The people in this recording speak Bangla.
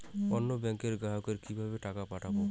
অন্য ব্যাংকের গ্রাহককে কিভাবে টাকা পাঠাবো?